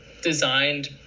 designed